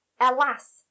alas